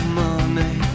money